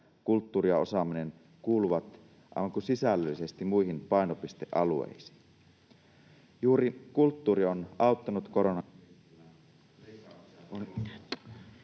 kulttuuri ja osaaminen kuuluvat aivan kuin sisällöllisesti muihin painopistealueisiin. Juuri kulttuuri on auttanut korona...